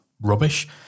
rubbish